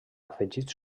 afegits